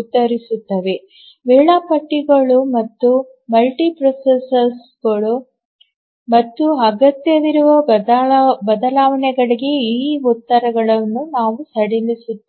ಉತ್ತರಿಸುತ್ತವೆ ವೇಳಾಪಟ್ಟಿಗಳು ಮತ್ತು multi processor ಮತ್ತು ಅಗತ್ಯವಿರುವ ಬದಲಾವಣೆಗಳಿಗೆ ಈ ಉತ್ತರಗಳನ್ನು ನಾವು ಸಡಿಲಿಸುತ್ತೇವೆ